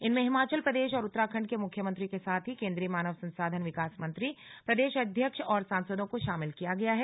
इनमें हिमाचल प्रदेश और उत्तराखंड के मुख्यमंत्री के साथ ही केंद्रीय मानव संसाधन विकास मंत्री प्रदेश अध्यक्ष और सांसदों को शामिल किया गया है